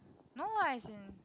no lah as in